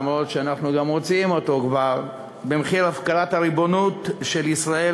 אף שאנחנו כבר מוציאים אותו במחיר הפקרת הריבונות של ישראל